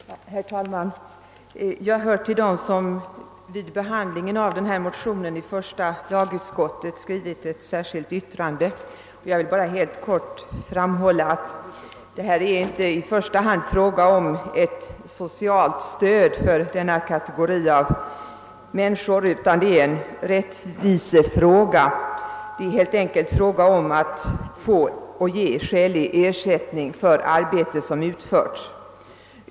Herr talman! Jag hör till dem som vid behandlingen av denna motion i första lagutskottet skrivit ett särskilt yttrande och jag vill nu helt kort framhålla att det här inte i första hand rör sig om ett socialt stöd för denna kategori av människor, utan att det gäller en rättvisefråga. Det är helt enkelt fråga om att få skälig ersättning för arbete som utförts.